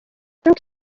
nkuko